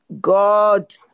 God